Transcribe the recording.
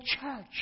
church